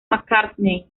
mccartney